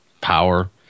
power